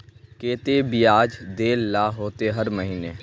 केते बियाज देल ला होते हर महीने?